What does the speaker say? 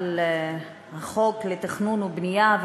על חוק התכנון והבנייה.